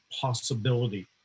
possibility